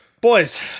Boys